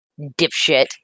dipshit